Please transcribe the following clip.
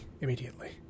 immediately